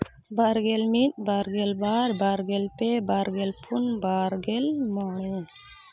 ᱵᱟᱨᱜᱮᱞ ᱢᱤᱫ ᱵᱟᱨᱜᱮᱞ ᱵᱟᱨ ᱵᱟᱨᱜᱮᱞ ᱯᱮ ᱵᱟᱨᱜᱮᱞ ᱯᱩᱱ ᱵᱟᱨᱜᱮᱞ ᱢᱚᱬᱮ